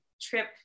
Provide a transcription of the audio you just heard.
trip